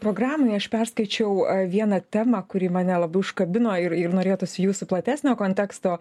programoj aš perskaičiau a vieną temą kuri mane labai užkabino ir ir norėtųsi jūsų platesnio konteksto